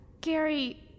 Gary